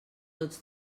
tots